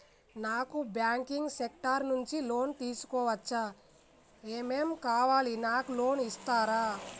నాకు banking sector నుంచి loan తీసుకోవచ్చా? ఏమేం కావాలి? నాకు లోన్ ఇస్తారా?